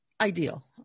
ideal